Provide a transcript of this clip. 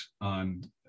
On